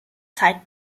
zeit